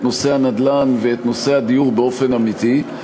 נושא הנדל"ן ואת נושא הדיור באופן אמיתי,